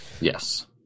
Yes